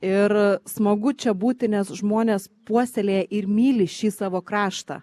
ir smagu čia būti nes žmonės puoselėja ir myli šį savo kraštą